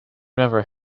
never